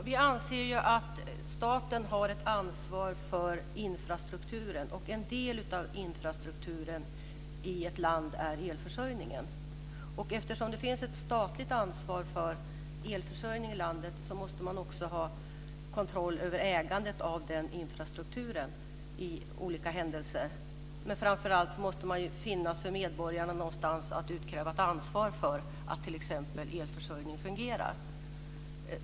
Fru talman! Vi anser att staten har ett ansvar för infrastrukturen. En del av infrastrukturen i ett land är elförsörjningen. Eftersom det finns ett statligt ansvar för den måste man också ha kontroll över ägandet. Framför allt måste medborgarna veta vem som kan utkrävas ett ansvar för att elförsörjningen fungerar.